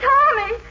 Tommy